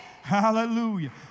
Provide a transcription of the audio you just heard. Hallelujah